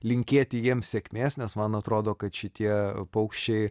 linkėti jiems sėkmės nes man atrodo kad šitie paukščiai